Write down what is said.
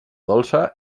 dolça